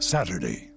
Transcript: Saturday